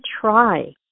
try